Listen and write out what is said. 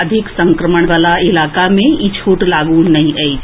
अधिक संक्रमण वला इलाका मे ई छूट लागू नहि अछि